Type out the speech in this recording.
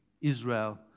Israel